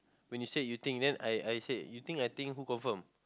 when you said you think then I I said then you think I think who confirm